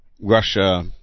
Russia